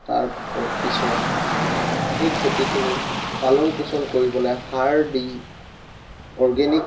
তাৰ প পিছত সেই খেতিখিনি পালন পোষণ কৰিবলৈ সাৰ দি অৰ্গেনিক